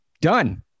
done